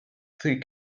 three